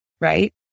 Right